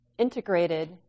Integrated